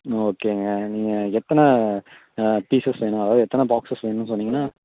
ஓகேங்க நீங்கள் எத்தனை பீஸஸ் வேணும் அதாவது எத்தனை பாக்ஸஸ் வேணும் சொன்னீங்கன்னால்